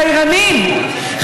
חייבים משאבים לתיירנים,